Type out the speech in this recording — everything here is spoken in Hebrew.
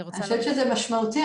אני חושבת שזה משמעותי.